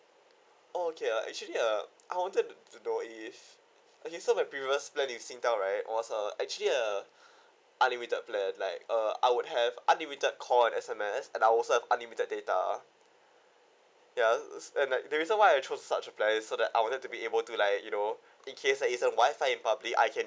okay ah actually uh I wanted to know if okay so my previous plan with Singtel right was a actually a unlimited plan like uh I would have unlimited call and S_M_S and I also have unlimited data ya and like the reason why I chose such a plan so that I would like to be able to like you know in case is a is a wifi probably I can